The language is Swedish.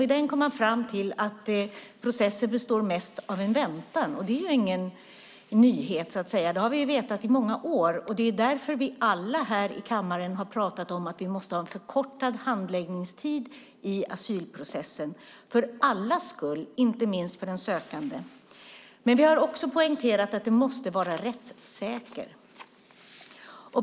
I den kom man fram till att processen mest består av en väntan. Det är ingen nyhet. Det har vi vetat i många år. Det är därför vi alla här i kammaren har pratat om att vi måste ha en förkortad handläggningstid i asylprocessen för allas skull, inte minst för den sökande. Men vi har också poängterat att den måste vara rättssäker.